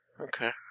Okay